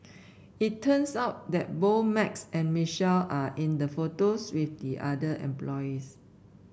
it turns out that both Max and Michelle are in the photos with the other employees